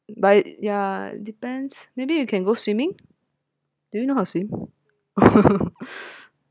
but it ya depends maybe you can go swimming do you know how to swim